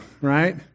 right